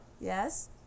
Yes